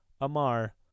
Amar